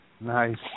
Nice